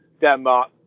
Denmark